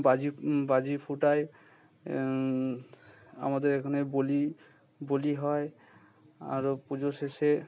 বাজি বাজি ফাটাই আমাদের এখানে বলি বলি হয় আরও পুজো শেষে